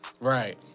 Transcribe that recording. Right